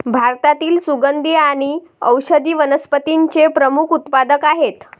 भारतातील सुगंधी आणि औषधी वनस्पतींचे प्रमुख उत्पादक आहेत